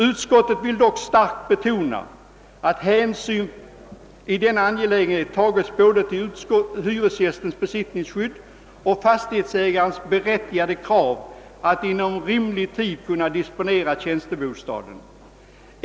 Utskottet vill dock starkt betona att hänsyn i denna angelägenhet tages till både hyresgästens besittningsskydd och fastighetsägarens berättigade krav att inom rimlig tid kunna disponera tjänstebostaden.